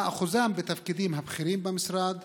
2. מה אחוזם בתפקידים הבכירים במשרד?